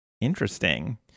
Interesting